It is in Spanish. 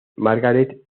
margaret